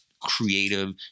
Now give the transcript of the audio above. creative